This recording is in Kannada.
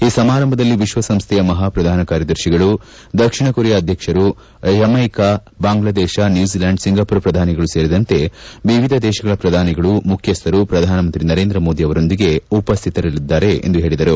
ಈ ಸಮಾರಂಭದಲ್ಲಿ ವಿಶ್ವಸಂಸ್ವೆಯ ಮಹಾ ಪ್ರಧಾನ ಕಾರ್ಯದರ್ಶಿಗಳು ದಕ್ಷಿಣ ಕೊರಿಯಾ ಅಧ್ಯಕ್ಷರು ಜಮ್ನೆಕಾ ಬಾಂಗ್ಲಾದೇಶ ನ್ನೂಜಿಲೆಂಡ್ ಸಿಂಗಾಪುರ್ ಪ್ರಧಾನಿಗಳು ಸೇರಿದಂತೆ ವಿವಿಧ ದೇಶಗಳ ಪ್ರಧಾನಿಗಳು ಮುಖ್ಯಸ್ವರು ಈ ಸಮಾರಂಭದಲ್ಲಿ ಪ್ರಧಾನಮಂತ್ರಿ ನರೇಂದ್ರ ಮೋದಿ ಅವರೊಂದಿಗೆ ಉಪಸ್ವಿತರಿರಲಿದ್ದಾರೆ ಎಂದು ಹೇಳಿದರು